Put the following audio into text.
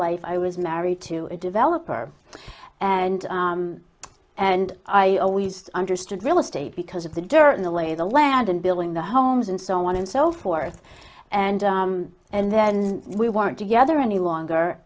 life i was married to a developer and and i always understood real estate because of the dirt in the lay of the land and building the homes and so on and so forth and and then we weren't together any longer